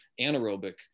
anaerobic